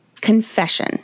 confession